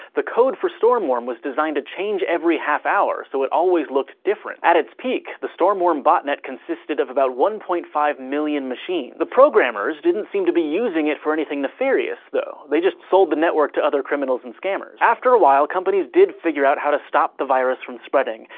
the code for storm worm was designed to change every half hour, so it always looked different. at its peak, the storm worm bot-net consisted of about one point five million machines. the programmers didn't seem to be using it for anything nefarious, though, they just sold the network to other criminals and scammers. after a while, companies did figure out how to stop the virus from spreading.